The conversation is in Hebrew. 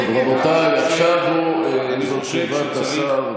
רבותיי, עכשיו זו תשובת השר.